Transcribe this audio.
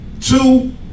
Two